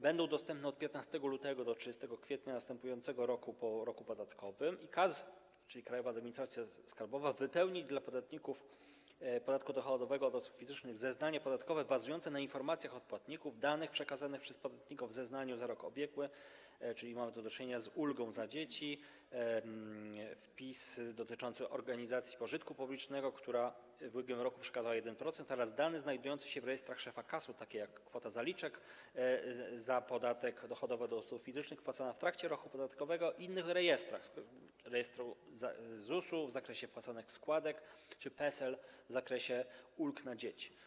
Będą one dostępne od 15 lutego do 30 kwietnia następnego roku po roku podatkowym i KAS, czyli Krajowa Administracja Skarbowa, wypełni dla podatników podatku dochodowego od osób fizycznych zeznania podatkowe, bazując na informacjach od płatników, danych przekazanych przez płatników w zeznaniu za rok ubiegły, czyli mamy tu do czynienia z ulgą na dzieci, wpisem dotyczącym organizacji pożytku publicznego, której w ubiegłym roku przekazali 1%, oraz danych znajdujących się w rejestrach szefa KAS, takich jak kwota zaliczek za podatek dochodowy od osób fizycznych wpłacona w trakcie roku podatkowego, i innych rejestrach, np. rejestrze ZUS w zakresie wpłaconych składek czy PESEL - w zakresie ulg na dzieci.